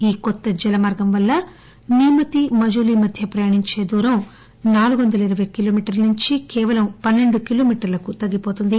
ఈ కొత్త జల మార్గం వల్ల నీమతి మజులీ మత్స్య ప్రయాణించే దూరం నాలుగొందల ఇరవై కిలోమీటర్ల నుంచి కేవలం పస్సెండు కిలోమీటర్ల తగ్గిపోతుంది